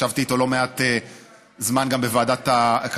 ישבתי איתו לא מעט זמן גם בוועדת הכלכלה.